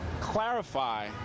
clarify